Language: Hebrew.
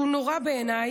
שהוא נורא בעיניי,